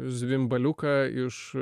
zvimbaliuką iš